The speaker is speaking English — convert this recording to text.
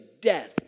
death